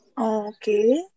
Okay